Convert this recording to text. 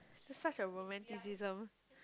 it's such a romanticism